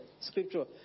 scripture